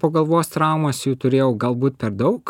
po galvos traumos jų turėjau galbūt per daug